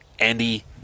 Andy